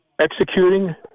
executing